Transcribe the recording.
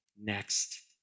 next